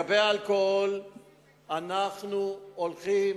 לגבי האלכוהול אנחנו הולכים